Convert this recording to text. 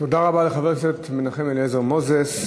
תודה רבה לחבר הכנסת מנחם אליעזר מוזס,